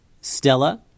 Stella